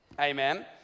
Amen